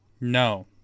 No